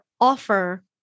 offer